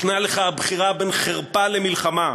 "ניתנה לך הבחירה בין חרפה למלחמה",